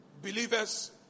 Believers